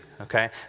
okay